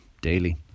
daily